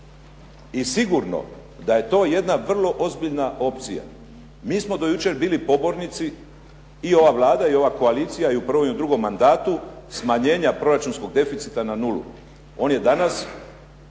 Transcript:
I sigurno da je to jedna vrlo ozbiljna opcija. Mi smo do jučer bili pobornici, i ova Vlada i ova koalcija, i u prvom i drugom mandatu, smanjenja proračunskog deficita na nulu. On je danas,